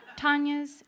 Tanya's